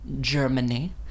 Germany